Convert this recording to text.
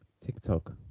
TikTok